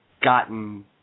gotten